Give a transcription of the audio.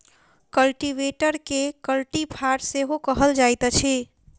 कल्टीवेटरकेँ कल्टी फार सेहो कहल जाइत अछि